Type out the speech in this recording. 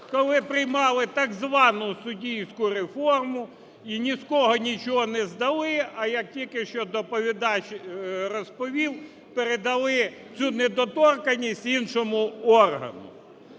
коли приймали так звану суддівську реформу, і ні з кого нічого не здали. А як тільки що доповідач розповів, передали цю недоторканність іншому органу.